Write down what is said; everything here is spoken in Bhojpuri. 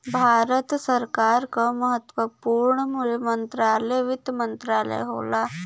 भारत सरकार क महत्वपूर्ण मंत्रालय वित्त मंत्रालय होला